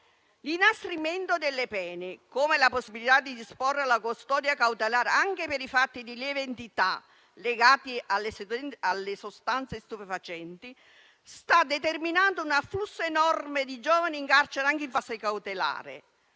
L'inasprimento delle pene, come la possibilità di disporre la custodia cautelare anche per fatti di lieve entità legati alle sostanze stupefacenti, sta determinando un afflusso enorme di giovani in carcere, anche in fase cautelare.